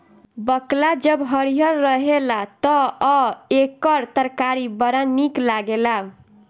बकला जब हरिहर रहेला तअ एकर तरकारी बड़ा निक लागेला